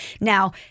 Now